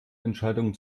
entscheidungen